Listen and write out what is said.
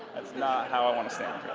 it's not how i wanna stand